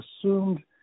assumed